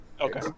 Okay